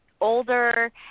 older